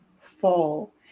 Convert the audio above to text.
fall